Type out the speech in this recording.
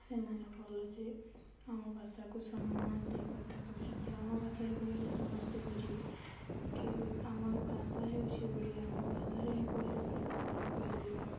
ସେମାନେ ଭଲସେ ଆମ ଭାଷାକୁ ସମ୍ମାନ ଦେଇ କଥା କରୁଛନ୍ତି ଆମ ଭାଷାରେ କହିଲେ ସମସ୍ତେ ବୁଝିବେ କି ବି ଆମର ଭାଷା ହେଉଛି ଓଡ଼ିଆ ଆମ ଭାଷାରେ ହିଁ କହିଲେ ସମସ୍ତେ ବୁଝିବେ ଓଡ଼ିଆ